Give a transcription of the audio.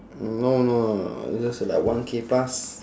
no no it's just like one K plus